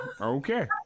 Okay